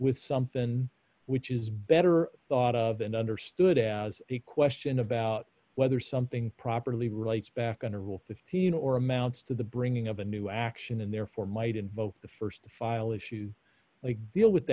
with something which is better thought of and understood as a question about whether something properly relates back on a rule fifteen or amounts to the bringing of a new action and therefore might invoke the st file issues like deal with